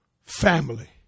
family